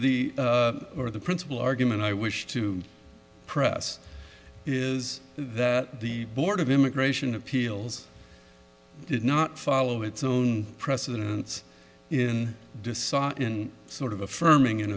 for the principal argument i wish to press is that the board of immigration appeals did not follow its own precedents in sort of affirming in